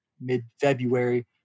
mid-February